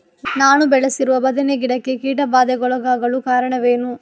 ನಾನು ಬೆಳೆಸಿರುವ ಬದನೆ ಗಿಡಕ್ಕೆ ಕೀಟಬಾಧೆಗೊಳಗಾಗಲು ಕಾರಣವೇನು?